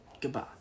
goodbye